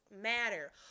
matter